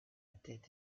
tête